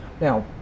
Now